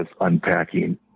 unpacking